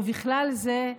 ובכלל זה,